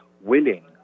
willing